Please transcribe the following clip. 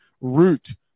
root